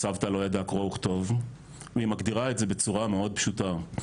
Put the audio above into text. "סבתא לא ידעה קרוא וכתוב" והיא מגדירה את זה בצורה מאוד פשוטה,